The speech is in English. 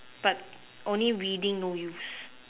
but only reading no use